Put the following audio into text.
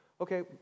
Okay